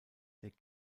der